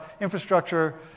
infrastructure